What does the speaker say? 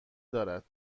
دارد